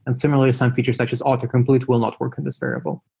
and similarly, some features such as auto complete will not work in this variable.